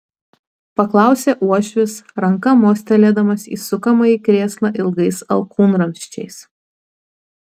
paklausė uošvis ranka mostelėdamas į sukamąjį krėslą ilgais alkūnramsčiais